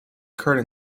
occurred